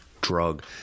drug